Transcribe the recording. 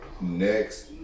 next